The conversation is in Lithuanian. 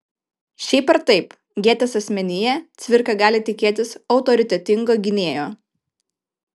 šiaip ar taip gėtės asmenyje cvirka gali tikėtis autoritetingo gynėjo